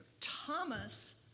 Thomas